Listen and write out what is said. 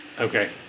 Okay